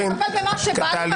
אני אתערב במה שבא לי,